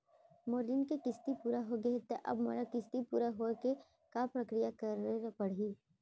मोर ऋण के किस्ती पूरा होगे हे ता अब मोला किस्ती पूरा होए के का प्रक्रिया करे पड़ही?